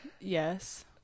Yes